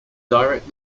direct